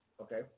Okay